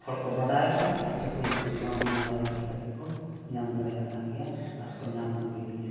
ᱦᱚᱲ ᱠᱚ ᱵᱟᱰᱟᱭᱮᱜᱼᱟ ᱟᱨ ᱪᱟᱹᱠᱨᱤ ᱱᱚᱠᱨᱤ ᱦᱚᱸ ᱚᱱᱟ ᱤᱫᱤ ᱠᱟᱛᱮᱫ ᱠᱚ ᱧᱟᱢ ᱫᱟᱲᱮᱭᱟᱜ ᱠᱟᱱ ᱜᱮᱭᱟ ᱟᱨ ᱠᱚ ᱧᱟᱢ ᱟᱹᱜᱩᱭᱮᱫ ᱜᱮᱭᱟ